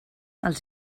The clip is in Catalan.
els